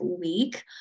week